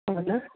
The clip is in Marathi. बोला